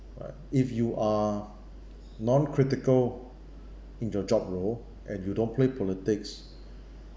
right if you are non critical in the job role and you don't play politics